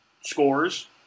scores